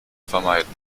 vermeiden